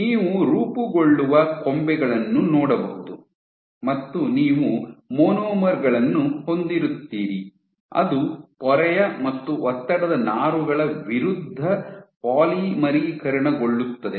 ನೀವು ರೂಪುಗೊಳ್ಳುವ ಕೊಂಬೆಗಳನ್ನು ನೋಡಬಹುದು ಮತ್ತು ನೀವು ಮಾನೋಮರ್ ಗಳನ್ನು ಹೊಂದಿರುತ್ತೀರಿ ಅದು ಪೊರೆಯ ಮತ್ತು ಒತ್ತಡದ ನಾರುಗಳ ವಿರುದ್ಧ ಪಾಲಿಮರೀಕರಣ ಗೊಳ್ಳುತ್ತದೆ